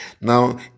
Now